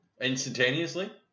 instantaneously